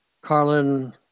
Carlin